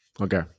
Okay